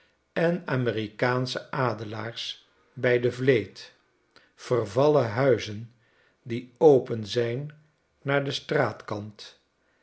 presidentships laars bij de vleefc vervallen huizen die open zijn naar de straatkaat